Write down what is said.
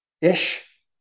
ish